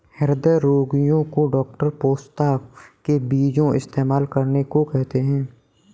हृदय रोगीयो को डॉक्टर पोस्ता के बीजो इस्तेमाल करने को कहते है